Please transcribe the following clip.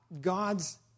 God's